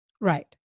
Right